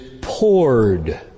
poured